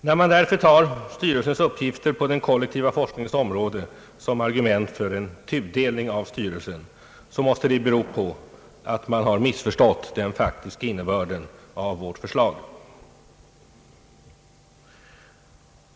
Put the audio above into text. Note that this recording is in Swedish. När man därför tar styrelsens uppgifter på den kollektiva forskningens område som argument för en tudelning av styrelsen, måste det bero på att man har missförstått den faktiska innebörden av vårt förslag.